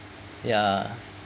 ya